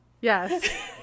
yes